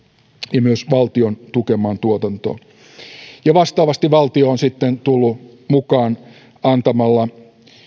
ja myös valtion tukemaan tuotantoon vastaavasti valtio on sitten tullut mukaan antamalla